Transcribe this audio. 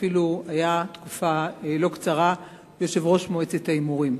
ואפילו היה תקופה לא קצרה יושב-ראש מועצת ההימורים,